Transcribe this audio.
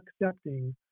accepting